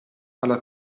alla